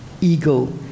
ego